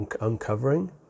uncovering